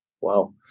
Wow